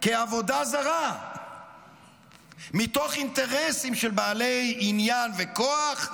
כעבודה זרה מתוך אינטרסים של בעלי עניין וכוח,